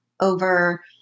over